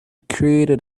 created